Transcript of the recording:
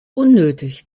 unnötig